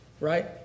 right